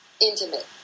intimate